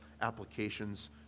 applications